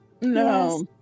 No